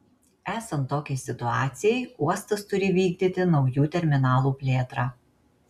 esant tokiai situacijai uostas turi vykdyti naujų terminalų plėtrą